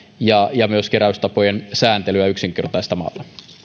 ja ja myös keräystapojen sääntelyä yksinkertaistamalla